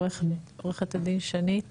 עורכת דין שנית